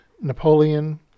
Napoleon